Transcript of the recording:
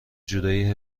جورایی